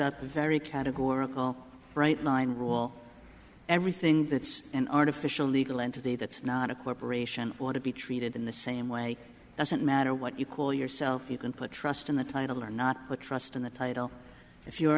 up a very categorical right nine rule everything that's an artificial legal entity that's not a corporation want to be treated in the same way doesn't matter what you call yourself you can put trust in the title or not trust in the title if you're